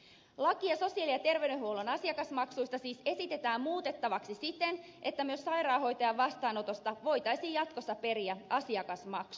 lakia sosiaali ja terveydenhuollon asiakasmaksuista siis esitetään muutettavaksi siten että myös sairaanhoitajan vastaanotosta voitaisiin jatkossa periä asiakasmaksu